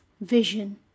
Vision